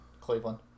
Cleveland